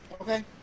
Okay